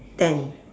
ten